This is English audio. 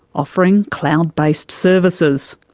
offering cloud-based services.